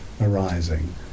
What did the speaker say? Arising